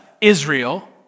Israel